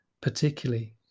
particularly